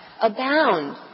abound